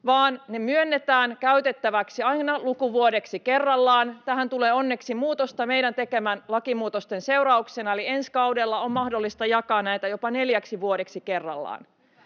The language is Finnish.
vaan ne myönnetään käytettäväksi aina lukuvuodeksi kerrallaan. Tähän tulee onneksi muutosta meidän tekemien lakimuutosten seurauksena, eli ensi kaudella on mahdollista jakaa näitä jopa neljäksi vuodeksi kerrallaan.